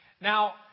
Now